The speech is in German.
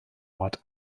ort